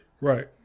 Right